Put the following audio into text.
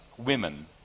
Women